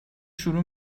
شروع